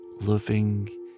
loving